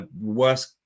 worst